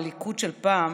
בליכוד של פעם,